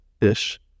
ish